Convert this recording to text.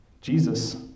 Jesus